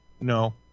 No